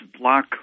block